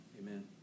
Amen